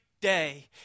day